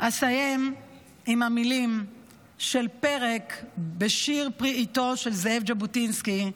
אסיים עם המילים של פרק בשיר פרי עטו של זאב ז'בוטינסקי,